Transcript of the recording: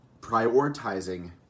prioritizing